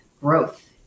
growth